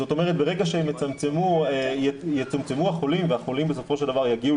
זאת אומרת ברגע שיצומצמו החולים והחולים בסופו של דבר יגיעו